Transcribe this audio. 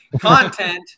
content